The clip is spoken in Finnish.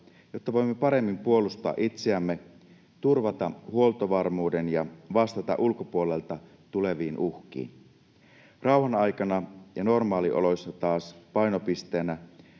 jotta voimme paremmin puolustaa itseämme, turvata huoltovarmuuden ja vastata ulkopuolelta tuleviin uhkiin. Rauhanaikana ja normaalioloissa taas painopisteenä